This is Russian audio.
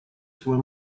свой